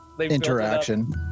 interaction